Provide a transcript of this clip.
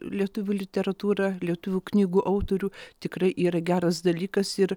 lietuvių literatūrą lietuvių knygų autorių tikrai yra geras dalykas ir